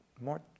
more